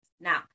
Now